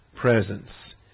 presence